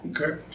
Okay